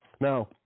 Now